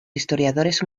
historiadores